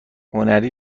هنری